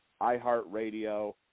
iHeartRadio